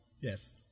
Yes